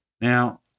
Now